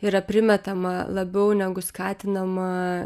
yra primetama labiau negu skatinama